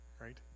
right